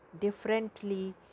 differently